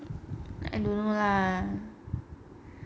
I don't know lah